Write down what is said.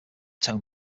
tone